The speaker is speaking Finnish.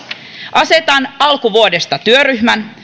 asetan alkuvuodesta työryhmän